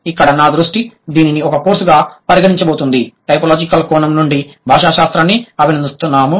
ఇక్కడ నా దృష్టి దీనిని ఒక కోర్సుగా పరిగణించబోతోంది టైపోలాజికల్ కోణం నుండి భాషా శాస్త్రాన్ని అభినందిస్తున్నాము